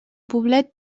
poblet